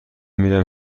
میرم